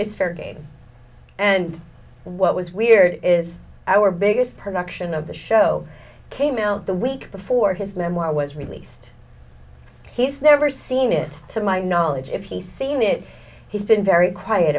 is fair game and what was weird is our biggest production of the show came out the week before his memoir was released he's never seen it to my knowledge if he thing that he's been very quiet